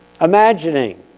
imagining